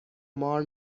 مار